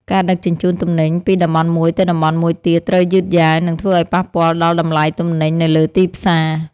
ការដឹកជញ្ជូនទំនិញពីតំបន់មួយទៅតំបន់មួយទៀតត្រូវយឺតយ៉ាវ និងធ្វើឱ្យប៉ះពាល់ដល់តម្លៃទំនិញនៅលើទីផ្សារ។